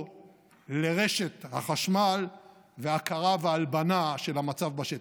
לרשת החשמל והכרה והלבנה של המצב בשטח.